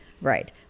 Right